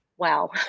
wow